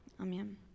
Amen